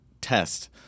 test